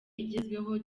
igezweho